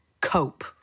cope